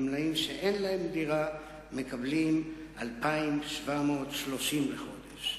גמלאים שאין להם דירה מקבלים 2,730 שקלים לחודש.